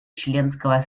членского